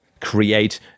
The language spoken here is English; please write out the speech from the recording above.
create